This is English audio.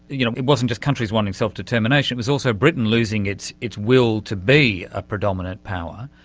you know, it wasn't just countries wanting self-determination, it was also britain losing its its will to be a predominant power.